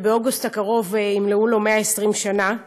שבאוגוסט הקרוב ימלאו לו 120 שנה,